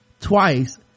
twice